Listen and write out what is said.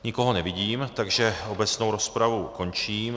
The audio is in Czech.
Nikoho nevidím, obecnou rozpravu končím.